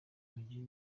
umujyi